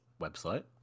website